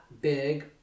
big